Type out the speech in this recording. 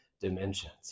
dimensions